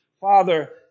father